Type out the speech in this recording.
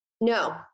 No